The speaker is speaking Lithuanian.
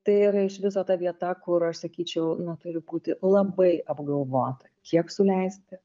tai yra iš viso ta vieta kur aš sakyčiau na turi būti labai apgalvota kiek suleisti